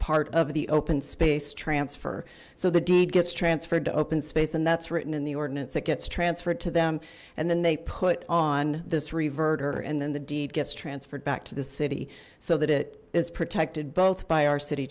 part of the open space transfer so the deed gets transferred to open space and that's written in the ordinance it gets transferred to them and then they put on this reverter and then the deed gets transferred back to the city so that it is protected both by our city